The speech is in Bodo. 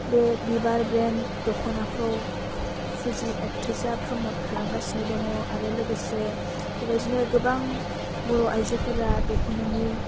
बे बिबार ब्रेन्ड दख'नाखौ फुजि एकट्रिसआ प्रमड खालामगासिनो दङ आरो लोगोसे बेबायदिनो गोबां बर' आइजोफोरा दख'नानि